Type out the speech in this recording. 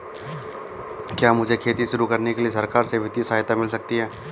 क्या मुझे खेती शुरू करने के लिए सरकार से वित्तीय सहायता मिल सकती है?